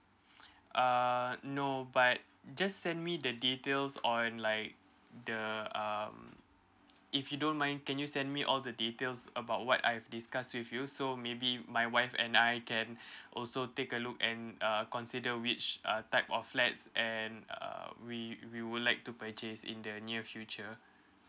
uh no but just send me the details on like the um if you don't mind can you send me all the details about what I've discussed with you so maybe my wife and I can also take a look and uh consider which uh type of flats and uh we we would like to purchase in the near future